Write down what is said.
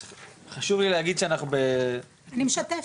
חשוב לי להגיד שאנחנו ב --- אני משתפת.